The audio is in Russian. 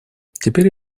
теперь